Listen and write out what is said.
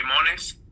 limones